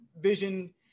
Vision